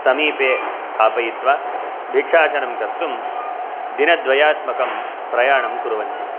समीपे स्थापयित्वा भिक्षाटनं कर्तुं दिनद्वयात्मकं प्रयाणं कुर्वन्ति